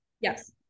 yes